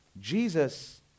Jesus